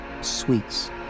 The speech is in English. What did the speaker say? Suites